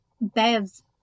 Bev's